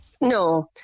No